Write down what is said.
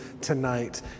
tonight